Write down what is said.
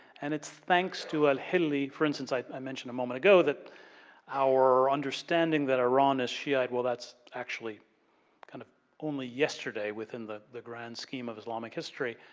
and it's thanks to an-he-lee, for instance, i mentioned a moment ago, that our understanding that iran is shiite well that's actually kind of only yesterday within the the grand scheme of islamic history.